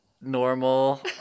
Normal